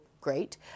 great